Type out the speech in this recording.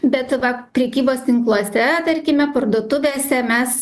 bet va prekybos tinkluose tarkime parduotuvėse mes